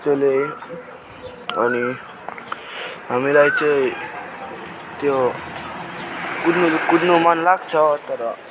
त्यसले अनि हामीलाई चाहिँ त्यो कुद्नु कुद्नु मन लाग्छ तर